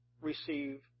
receive